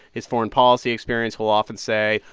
his foreign policy experience, he'll often say,